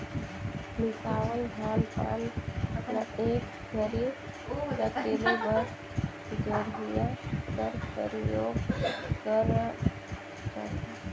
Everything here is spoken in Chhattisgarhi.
मिसावल धान पान ल एक घरी सकेले बर चरहिया कर परियोग करल जाथे